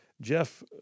Jeff